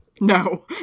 No